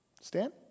Stan